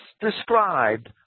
described